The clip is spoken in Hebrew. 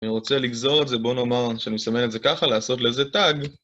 אני רוצה לגזור את זה בוא נאמר שאני מסמן את זה ככה לעשות לזה טאג